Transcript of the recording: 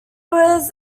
was